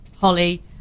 Holly